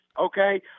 okay